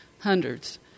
Hundreds